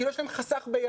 כאילו יש להם חסך ביהדות,